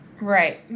Right